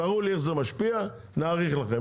תראו לי איך זה משפיע נאריך לכם,